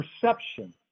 perception